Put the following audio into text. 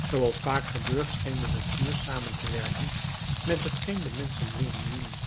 zooals vaak gebeurt scheen de natuur samen te werken met hetgeen de menschen wilden doen